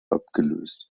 abgelöst